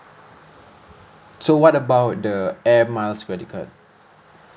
so what about the Air Miles credit card